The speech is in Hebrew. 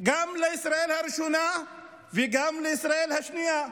גם לישראל הראשונה וגם לישראל השנייה.